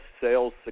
Sales